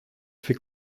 fait